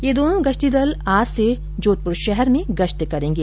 यह दोनों गश्ती दल आज से शहर में गश्त करेंगे